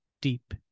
deep